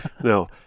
no